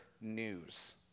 news